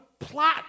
plot